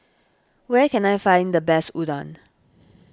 where can I find the best Udon